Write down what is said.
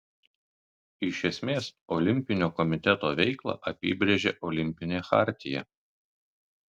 iš esmės olimpinio komiteto veiklą apibrėžia olimpinė chartija